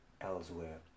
elsewhere